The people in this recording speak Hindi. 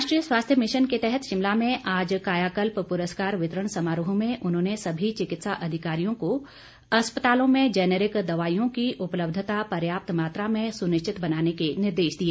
राष्ट्रीय स्वास्थ्य मिशन के तहत शिमला में आज कायाकल्प पुरस्कार वितरण समारोह में उन्होंने सभी चिकित्सा अधिकारियों को अस्पतालों में जैनरिक दवाईयों की उपलब्यता पर्याप्त मात्रा में सुनिश्चित बनाने के निर्देश दिए